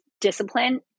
discipline